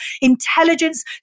intelligence